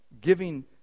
giving